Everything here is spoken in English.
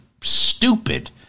stupid